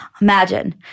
imagine